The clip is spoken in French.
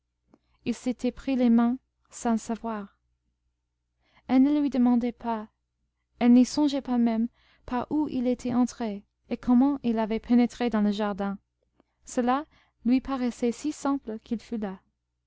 ils s'étaient pris les mains sans savoir elle ne lui demandait pas elle n'y songeait pas même par où il était entré et comment il avait pénétré dans le jardin cela lui paraissait si simple qu'il